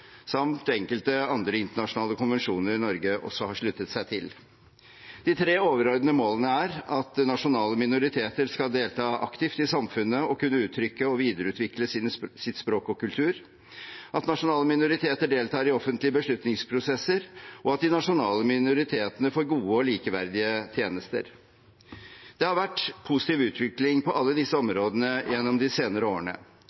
samt enkelte andre internasjonale konvensjoner Norge også har sluttet seg til. De tre overordnede målene er at nasjonale minoriteter skal delta aktivt i samfunnet og kunne uttrykke og videreutvikle sitt språk og sin kultur, at nasjonale minoriteter deltar i offentlige beslutningsprosesser, og at nasjonale minoriteter får gode og likeverdige tjenester. Det har vært en positiv utvikling på alle disse områdene gjennom de senere årene,